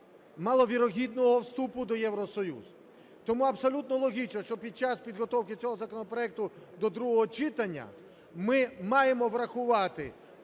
маловірогідного, вступу до Євросоюзу. Тому абсолютно логічно, що під час підготовки цього законопроекту до другого читання ми маємо врахувати